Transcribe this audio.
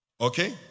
Okay